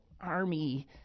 army